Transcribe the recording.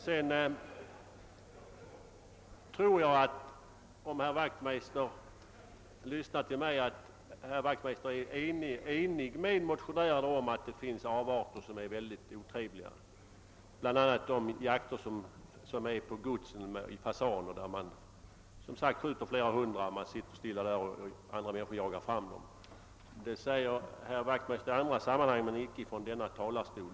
Om herr Wachtmeister hade lyssnat till mig, tror jag att han måste medge att det finns avarter av jakt som är mycket otrevliga, bl.a. den jakt som förekommer på godsen då man sitter stilla och skjuter flera hundra fasaner som andra människor föser fram. Detta medger herr Wachtmeister i andra sammanhang men icke från denna talarstol.